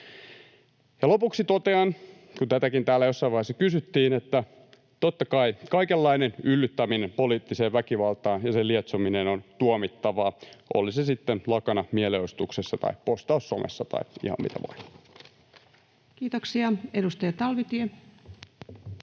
Lopuksi totean, kun tätäkin täällä jossain vaiheessa kysyttiin, että totta kai kaikenlainen yllyttäminen poliittiseen väkivaltaan ja sen lietsominen on tuomittavaa, oli se sitten lakana mielenosoituksessa tai postaus somessa tai ihan mitä vain. [Speech 302] Speaker: